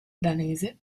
danese